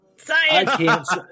science